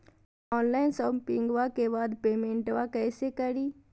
Online शोपिंग्बा के बाद पेमेंटबा कैसे करीय?